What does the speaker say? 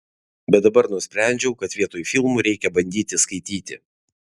bet dabar nusprendžiau kad vietoj filmų reikia bandyti skaityti